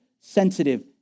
sensitive